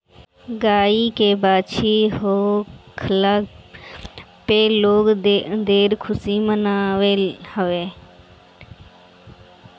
गाई के बाछी होखला पे लोग ढेर खुशी मनावत हवे